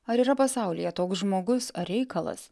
ar yra pasaulyje toks žmogus ar reikalas